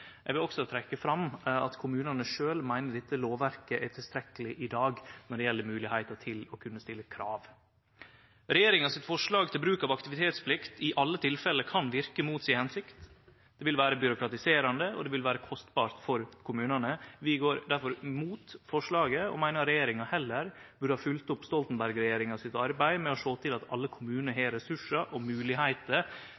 Eg vil også trekkje fram at kommunane sjølve meiner dette lovverket er tilstrekkeleg i dag når det gjeld moglegheita til å kunne stille krav. Regjeringa sitt forslag til bruk av aktivitetsplikt i alle tilfelle kan verke mot si hensikt. Det vil vere byråkratiserande, og det vil vere kostbart for kommunane. Vi går difor mot forslaget og meiner regjeringa heller burde ha følgt opp Stoltenberg-regjeringa sitt arbeid med å sjå til at alle